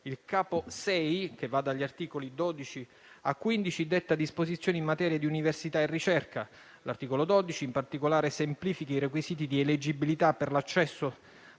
Il Capo VI, che va dall'articolo 12 al 15, detta disposizioni in materia di università e ricerca. L'articolo 12, in particolare, semplifica i requisiti di eleggibilità per l'accesso